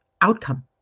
outcome